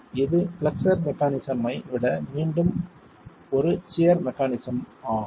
இது flexor mechanism ஐ விட மீண்டும் ஒரு சியர் மெக்கானிஸம் ஆகும்